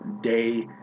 Day